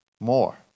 more